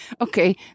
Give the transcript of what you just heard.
okay